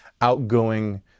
outgoing